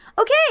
okay